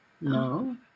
No